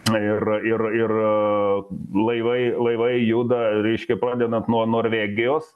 na ir ir ir laivai laivai juda reiškia pradedant nuo norvegijos